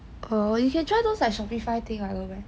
or you can try those like Shopify thing [what] no meh